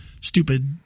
stupid